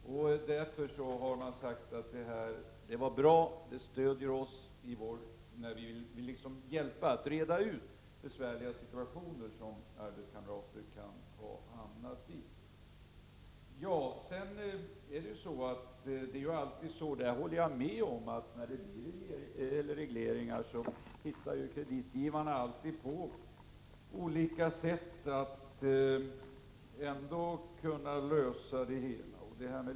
De här fackliga ombuden har sagt att skärpningen är bra och att den är ett stöd för dem när de vill hjälpa till att reda ut besvärliga situationer som arbetskamrater kan ha hamnat i. Jag håller med om att kreditgivarna alltid hittar på olika sätt att klara sig när det görs regleringar.